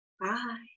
Bye